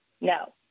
No